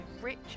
rich